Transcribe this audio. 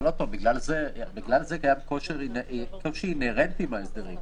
אבל בגלל זה קיים קושי אינהרנטי בהסדרים,